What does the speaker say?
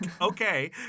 Okay